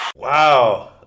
Wow